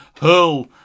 hurl